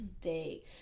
day